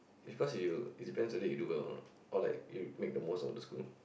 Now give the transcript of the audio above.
because you it depends whether you do well or not or like you make the most of the school